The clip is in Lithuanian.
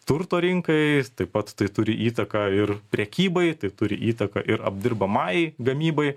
turto rinkai taip pat tai turi įtaką ir prekybai tai turi įtaką ir apdirbamajai gamybai